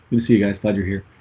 you see you guys. glad you're here